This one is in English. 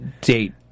date